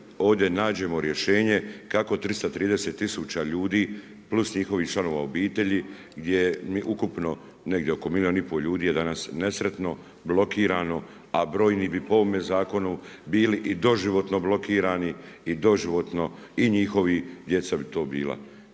ovdje nađemo rješenje kako 33000 ljudi plus njihove članova obitelji gdje je ukupno negdje oko milijun i pol ljudi je nesretno, blokirano, a brojni bi po ovome zakonu bili i doživotno blokirani i doživotno i njihova djeca bi to bila.